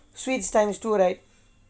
sweets times two right